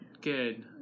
Good